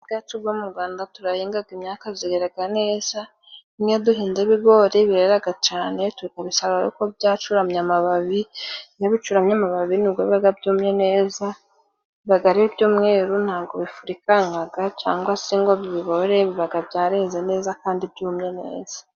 Bwacu bwo mu Rwanda turahingaga, Imyaka ziheraga neza. N'iyo duhinze ibigori bireraga cane, tukabisarura aruko byacuramye amababi. Iyo bicuramye amababi ni bwo bibaga byumye neza, bibaga ari iby' umweru ntabwo bifurikankaga cyangwa se ngo bibore, bibaga byareze neza kandi byumye neza.